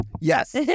Yes